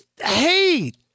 hate